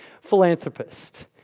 philanthropist